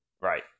Right